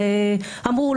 ואמרו,